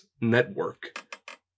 network